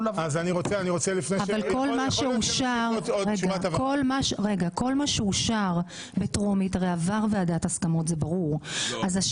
--- כל מה שאושר בטרומית הרי עבר ועדת הסכמות זה ברור.